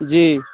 जी